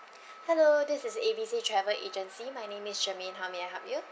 hello this is A B C travel agency my name is shermaine how may I help you